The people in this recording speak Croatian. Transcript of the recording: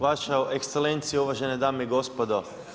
Vaša ekscelencijo, uvažene dame i gospodo.